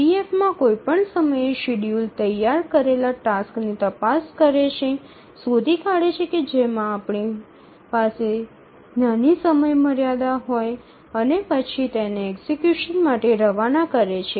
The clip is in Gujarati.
ઇડીએફમાં કોઈપણ સમયે શેડ્યૂલર તૈયાર કરેલા ટાસ્કની તપાસ કરે છે શોધી કાઢે છે કે જેમાં નાની સમયમર્યાદા હોય અને પછી તેને એક્ઝિક્યુશન માટે રવાના કરે છે